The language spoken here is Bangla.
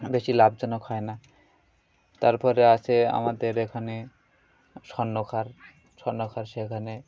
বেশি লাভজনক হয় না তারপরে আসে আমাদের এখানে স্বর্ণকার স্বর্ণকার সেখানে